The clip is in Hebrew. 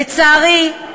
לצערי,